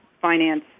finance